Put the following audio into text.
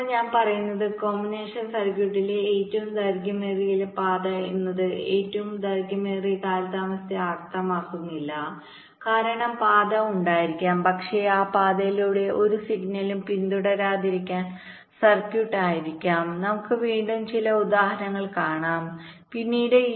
ഇപ്പോൾ ഞാൻ പറയുന്നത് കോമ്പിനേഷണൽ സർക്യൂട്ടിലെ ഏറ്റവും ദൈർഘ്യമേറിയ പാത എന്നത് ഏറ്റവും ദൈർഘ്യമേറിയ കാലതാമസത്തെ അർത്ഥമാക്കുന്നില്ല കാരണം പാത ഉണ്ടായിരിക്കാം പക്ഷേ ആ പാതയിലൂടെ ഒരു സിഗ്നലും പിന്തുടരാതിരിക്കാൻ സർക്യൂട്ട് ആയിരിക്കാം നമുക്ക് വീണ്ടും ചില ഉദാഹരണങ്ങൾ കാണാം പിന്നീട്